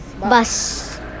bus